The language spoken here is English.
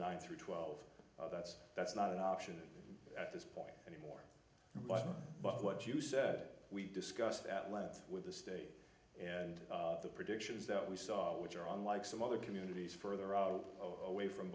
nine through twelve that's that's not an option at this point but what you said we discussed at length with the state and the predictions that we saw which are unlike some other communities further out a way from